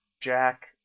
Jack